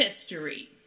History